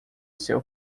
seu